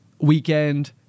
weekend